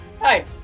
Hi